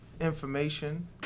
information